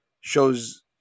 shows